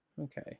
okay